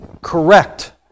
correct